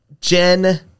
Jen